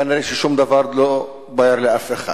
כנראה שום דבר לא בוער לאף אחד.